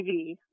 TV